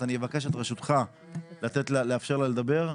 אז אני אבקש את רשותך לאפשר לה לדבר.